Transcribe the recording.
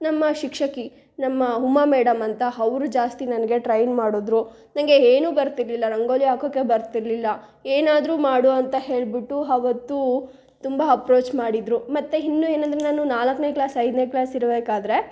ನಮ್ಮ ಶಿಕ್ಷಕಿ ನಮ್ಮ ಉಮಾ ಮೇಡಮ್ ಅಂತ ಅವ್ರು ಜಾಸ್ತಿ ನನಗೆ ಟ್ರೈನ್ ಮಾಡಿದ್ರು ನನಗೆ ಏನು ಬರ್ತಿರಲಿಲ್ಲ ರಂಗೋಲಿ ಹಾಕೋಕೆ ಬರ್ತಿರಲಿಲ್ಲ ಏನಾದರೂ ಮಾಡು ಅಂತ ಹೇಳಿಬಿಟ್ಟು ಅವತ್ತೂ ತುಂಬ ಅಪ್ರೋಚ್ ಮಾಡಿದರು ಮತ್ತು ಇನ್ನೂ ಏನಂದರೆ ನಾನು ನಾಲ್ಕನೇ ಕ್ಲಾಸ್ ಐದನೇ ಕ್ಲಾಸ್ ಇರಬೇಕಾದ್ರೆ